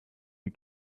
you